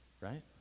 right